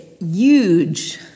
huge